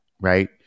right